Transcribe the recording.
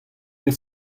bet